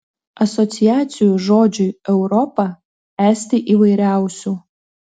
asociacijų žodžiui europa esti įvairiausių